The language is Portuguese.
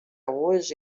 hoje